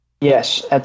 Yes